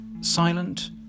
silent